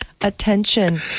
attention